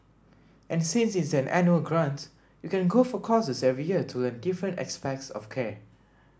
and since it's an annual grant you can go for courses every year to learn different aspects of care